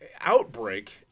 outbreak